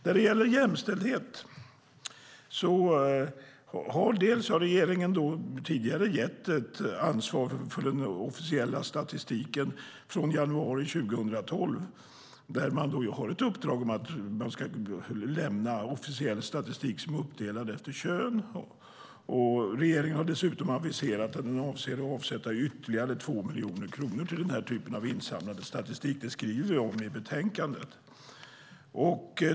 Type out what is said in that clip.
När det gäller jämställdhet har regeringen tidigare gett ett ansvar för den officiella statistiken från januari 2012. Där har man ett uppdrag att man ska lämna officiell statistik uppdelad efter kön. Regeringen har dessutom aviserat att den avser att avsätta ytterligare 2 miljoner kronor till insamlande av den typen av statistik. Det skriver vi om i betänkandet.